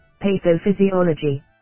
pathophysiology